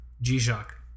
G-Shock